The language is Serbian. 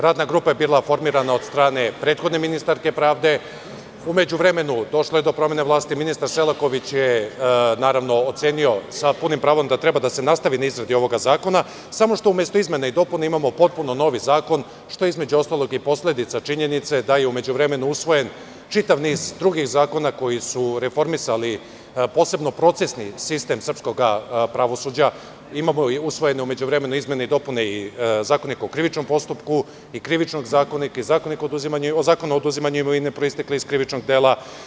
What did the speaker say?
Radna grupa je bila formirana od strane prethodne ministarke pravde, a u međuvremenu, došlo je do promene i ministar Selaković je ocenio sa punim pravom da treba da se nastavi na izradi ovog zakona, samo što umesto izmena i dopuna imamo potpuno novi zakon, što je posledica činjenice da je u međuvremenu usvojen čitav niz drugih zakona koji su reformisali, posebno procesni, sistem srpskog pravosuđa, imamo usvojene u međuvremenu izmene i dopune ZKP i Zakona o oduzimanju imovine, proistekle iz krivičnog dela.